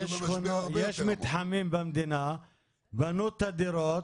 יש מתחמים במדינה שבנו את הדירות,